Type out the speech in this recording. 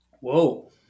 Whoa